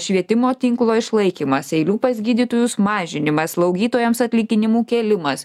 švietimo tinklo išlaikymas eilių pas gydytojus mažinimas slaugytojams atlyginimų kėlimas